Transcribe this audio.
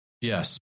Yes